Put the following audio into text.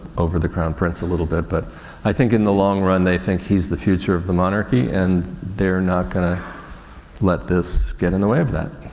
over the crown prince a little bit. but i think in the long run they think he's the future of monarchy and they're not going to let this get in the way of that.